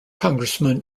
congressman